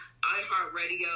iHeartRadio